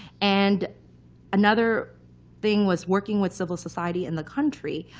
and another thing was working with civil society in the country.